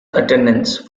attendance